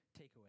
takeaway